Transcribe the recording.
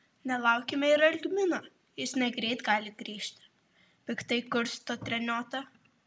nelaukime ir algmino jis negreit gali grįžti piktai kursto treniota